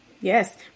Yes